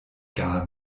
gar